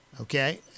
okay